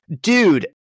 Dude